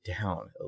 down